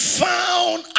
found